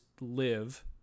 live